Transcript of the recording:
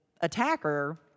attacker